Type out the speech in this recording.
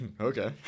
Okay